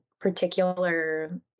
particular